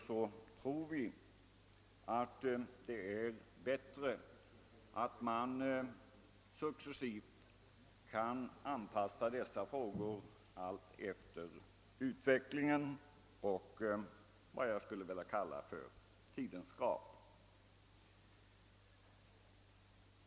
Vi tror att det är bättre att successivt försöka lösa dessa frågor med hänsyn till utvecklingen och i enlighet med tidens krav.